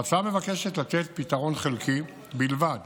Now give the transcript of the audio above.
ההצעה מבקשת לתת פתרון חלקי בלבד